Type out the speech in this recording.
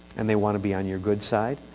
and they want to be on your good side,